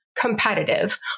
competitive